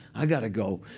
i got to go.